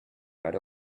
right